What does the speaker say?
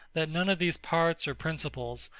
that none of these parts or principles,